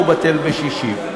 בטל בשישים.